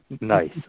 Nice